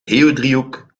geodriehoek